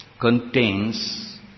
contains